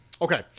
Okay